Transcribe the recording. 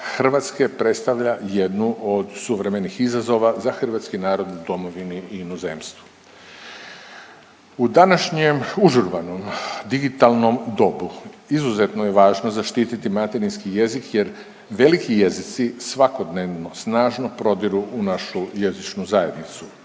Hrvatske predstavlja jednu od suvremenih izazova za hrvatski narod u domovini i inozemstvu. U današnjem užurbanom digitalnom dobu, izuzetno je važno zaštititi materinski jezik jer veliki jezici svakodnevno snažno prodiru u našu jezičnu zajednicu.